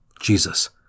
Jesus